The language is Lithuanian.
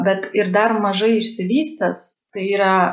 bet ir dar mažai išsivystęs tai yra